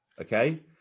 okay